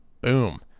Boom